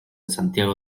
santiago